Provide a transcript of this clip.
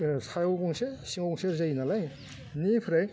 सायाव गंसे सिङाव गंसे ओरै जायो नालाय निफ्राय